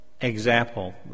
example